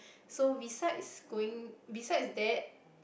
so besides going besides that